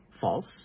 False